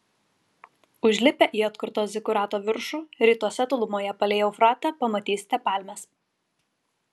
užlipę į atkurto zikurato viršų rytuose tolumoje palei eufratą pamatysite palmes